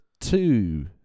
two